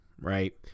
right